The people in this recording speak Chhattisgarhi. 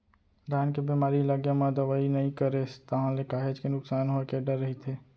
धान के बेमारी लगे म दवई नइ करेस ताहले काहेच के नुकसान होय के डर रहिथे